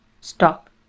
Stop